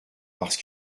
parce